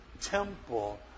temple